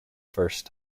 first